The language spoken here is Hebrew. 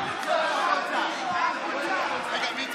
החוצה.